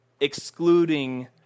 excluding